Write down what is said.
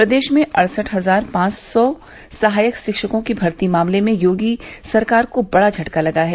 प्रदेश में अड़सठ हजार पांच सौ सहायक शिक्षकों की भर्ती मामले में योगी सरकार को बड़ा झटका लगा है